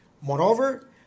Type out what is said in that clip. Moreover